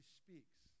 speaks